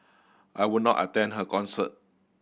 I would not attend her concert